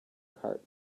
cart